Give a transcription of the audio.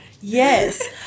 Yes